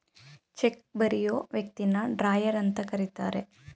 check ಬರಿಯೋ ವ್ಯಕ್ತಿನ drawer ಅಂತ ಕರಿತರೆ